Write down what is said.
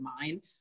mind